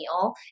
meal